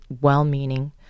well-meaning